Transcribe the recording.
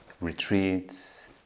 retreats